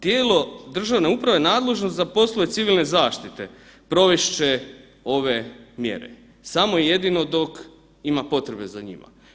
Tijelo državne uprave nadležno za poslove civilne zaštite provest će ove mjere, samo jedino dok ima potrebe za njima.